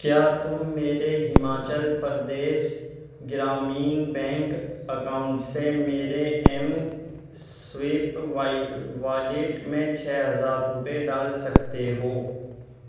کیا تم میرے ہماچل پردیش گرامین بینک اکاؤنٹ سے میرے ایم سویپ وائی والیٹ میں چھ ہزار روپے ڈال سکتے ہو